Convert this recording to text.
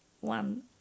one